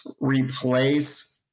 replace